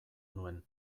nuen